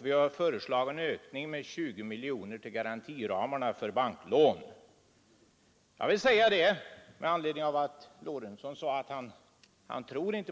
Vidare har vi föreslagit en ökning med 20 miljoner kronor till garantiramarna för banklån. Herr Lorentzon sade att på en punkt tror han inte på herr Fagerlund.